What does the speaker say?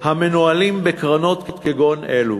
המנוהלים בקרנות כגון אלה.